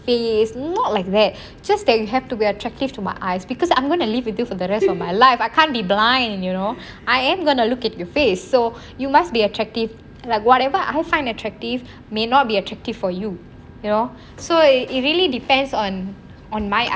!hey! it's not like that just that you have to be attractive to my eyes because I'm going to live with you for the rest of my life I can't be blind you know I am going to look at your face so you must be attractive like whatever I find it attractive may not be attractive for you you know so it really depends on on my